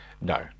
No